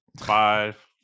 five